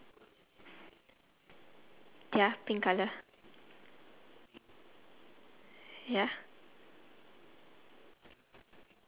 ~s it's different right yup without lines